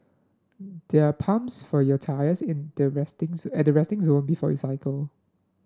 there are pumps for your tyres in the resting at the resting zone before you cycle